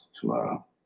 tomorrow